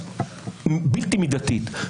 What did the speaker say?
בלתי מידתית,